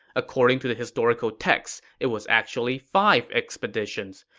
according to the historical texts, it was actually five expeditions.